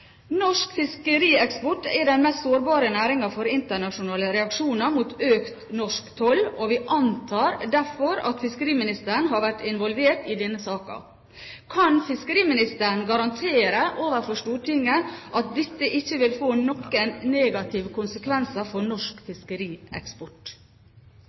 Norsk fiskerieksport er den mest sårbare næringen når det gjelder internasjonale reaksjoner mot økt norsk toll. Vi antar derfor at fiskeriministeren har vært involvert i denne saken. Kan fiskeriministeren garantere overfor Stortinget at dette ikke vil få noen negative konsekvenser for norsk